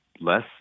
less